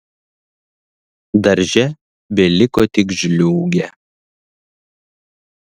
darže beliko tik žliūgė